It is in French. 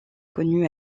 connu